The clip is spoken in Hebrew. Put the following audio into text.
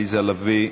עליזה לביא,